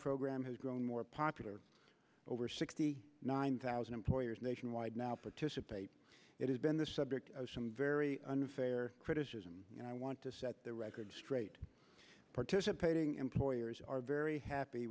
program has grown more popular over sixty nine thousand employers nationwide now participate it has been the subject of some very unfair criticism and i want to set the record straight participating employers are very happy